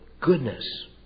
goodness